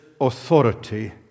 authority